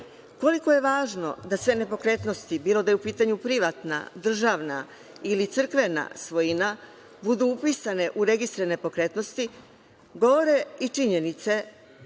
brani. Koliko je važno da sve nepokretnosti, bilo da je u pitanju privatna, državna ili crkvena svojina, budu upisane u Registar nepokretnosti, govore i činjenice